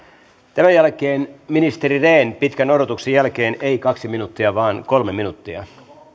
tämän jälkeen ministeri rehn pitkän odotuksen jälkeen ei kaksi minuuttia vaan kolme minuuttia